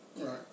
Right